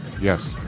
Yes